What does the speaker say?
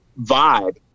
vibe